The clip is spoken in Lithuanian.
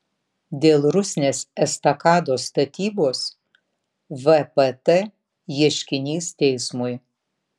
dėl rusnės estakados statybos vpt ieškinys teismui